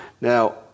Now